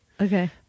okay